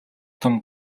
том